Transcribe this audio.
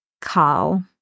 Carl